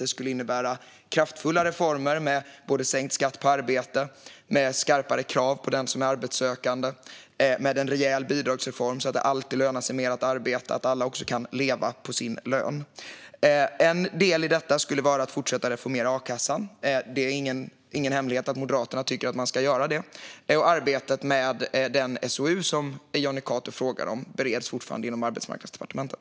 Det skulle innebära kraftfulla reformer med både sänkt skatt på arbete och skarpare krav på den som är arbetssökande och en rejäl bidragsreform så att det alltid lönar sig mer att arbeta och så att alla också kan leva på sin lön. En del i detta skulle vara att fortsätta reformera a-kassan. Det är ingen hemlighet att Moderaterna tycker att man ska göra det. Den SOU som Jonny Cato frågar om bereds fortfarande inom Arbetsmarknadsdepartementet.